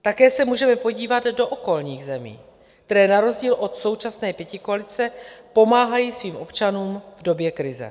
Také se můžeme podívat do okolních zemí, které na rozdíl od současné pětikoalice pomáhají svým občanům v době krize.